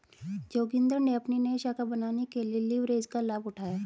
जोगिंदर ने अपनी नई शाखा बनाने के लिए लिवरेज का लाभ उठाया